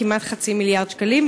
כמעט חצי מיליארד שקלים,